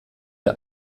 der